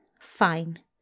fine